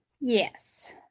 Yes